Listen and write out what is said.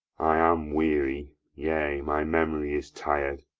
i am weary yea, my memory is tir'd